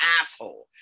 asshole